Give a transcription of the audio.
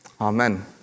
Amen